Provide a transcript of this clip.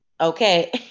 okay